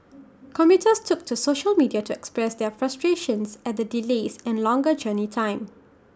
commuters took to social media to express their frustrations at the delays and longer journey time